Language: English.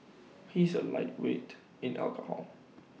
he is A lightweight in alcohol